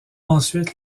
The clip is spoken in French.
ensuite